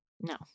No